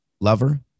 lover